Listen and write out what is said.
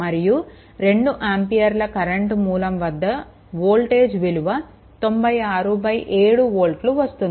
మరియు 2 ఆంపియర్ల కరెంట్ మూలం వద్ద వోల్టేజ్ విలువ 967 వోల్ట్లు వస్తుంది